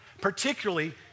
particularly